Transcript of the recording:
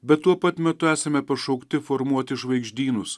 bet tuo pat metu esame pašaukti formuoti žvaigždynus